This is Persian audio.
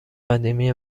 قدیمی